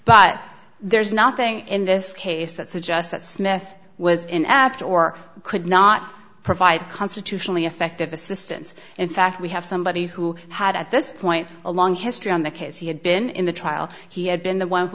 but there's nothing in this case that suggests that smith was in apt or could not provide constitutionally effective assistance in fact we have somebody who had at this point a long history on the case he had been in the trial he had been the one who